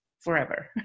forever